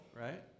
right